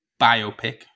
biopic